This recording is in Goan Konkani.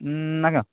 नाका